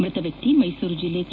ಮೃತ ವ್ಲಕ್ಷಿ ಮೈಸೂರು ಜಿಲ್ಲೆ ಕೆ